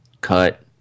cut